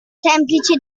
semplice